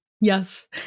yes